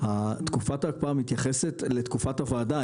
תקופת ההקפאה מתייחסת לתקופת הוועדה.